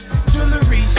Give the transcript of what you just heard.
Jewelry